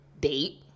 date